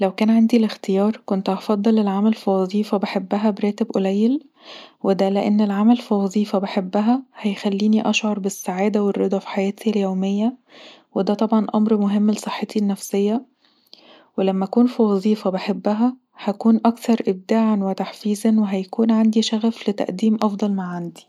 لو كان عندي الإختيار كنت هفضل العمل في وظيفه بحبها براتب قليل ودا لأن العمل في وظيفه بحبها هيخليني اشعر بالسعاده والرضا في حياتي اليوميه ودا طبعا أمر مهم لصحتي النفسيه ولما اكون في وظيفه بحبها هكون أكثر ابداعا وتحفيزا وهيكون عندي شغف لتقديم أفضل ما عندي